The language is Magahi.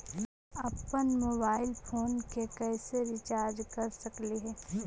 अप्पन मोबाईल फोन के कैसे रिचार्ज कर सकली हे?